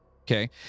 Okay